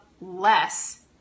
less